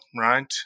right